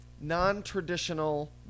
non-traditional